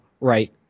Right